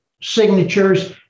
signatures